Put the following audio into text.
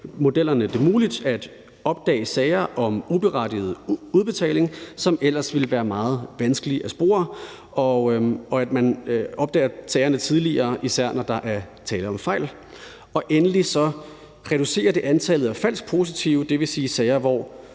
modellerne det muligt at opdage sager om uberettiget udbetaling, som ellers ville være meget vanskelige at spore, og det gør også, at man opdager sagerne tidligere, især når der er tale om fejl. Endelig reducerer det antallet af falsk positive, det vil sige sager, hvor